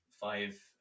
five